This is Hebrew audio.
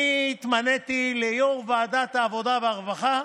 אני התמניתי ליו"ר ועדת העבודה והרווחה,